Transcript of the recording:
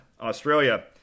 Australia